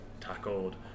tackled